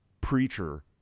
preacher